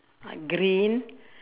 green